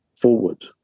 forward